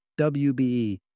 WBE